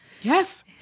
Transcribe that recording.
Yes